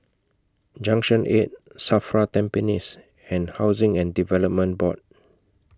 Junction eight SAFRA Tampines and Housing and Development Board